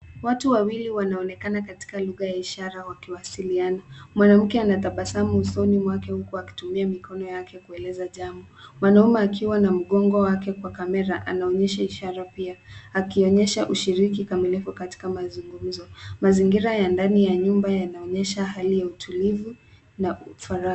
Watu wawili wanaonekana katika lugha ya ishara wakiwasiliana. Mwanamke anatabasamu usoni mwake huku akitumia mikono yake kueleza jambo. Mwanaume akiwa na mgongo wake kwa kamera anaonyesha ishara pia. Akionyesha ushiriki kamilifu katika mazugumzo. Mazingira ya ndani ya nyumba yanaonyesha hali ya utulivu na faraja.